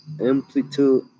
amplitude